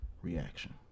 reaction